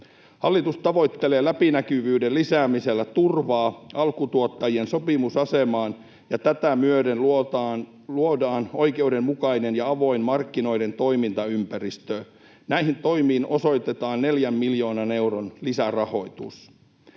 Hallitus tavoittelee läpinäkyvyyden lisäämisellä turvaa alkutuottajien sopimusasemaan, ja tätä myöden luodaan oikeudenmukainen ja avoin markkinoiden toimintaympäristö. Näihin toimiin osoitetaan neljän miljoonan euron lisärahoitus.